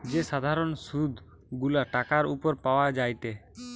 যে সাধারণ সুধ গুলা টাকার উপর পাওয়া যায়টে